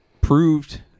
proved